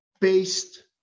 paste